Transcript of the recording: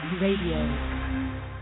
Radio